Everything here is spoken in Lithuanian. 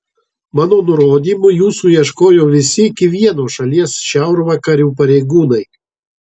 mano nurodymu jūsų ieškojo visi iki vieno šalies šiaurvakarių pareigūnai